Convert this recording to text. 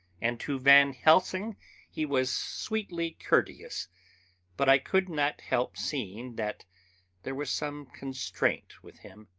and to van helsing he was sweetly courteous but i could not help seeing that there was some constraint with him.